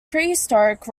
prehistoric